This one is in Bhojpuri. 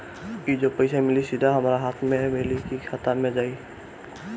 ई जो पइसा मिली सीधा हमरा हाथ में मिली कि खाता में जाई?